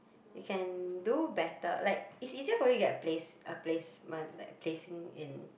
you can do better like it's easier for you to get a place a placement like a placing in